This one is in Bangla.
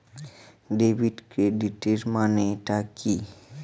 ডেবিট ক্রেডিটের মানে টা কি?